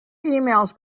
emails